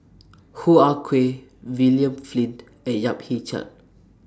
Hoo Ah Kay William Flint and Yap Ee Chian